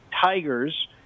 Tigers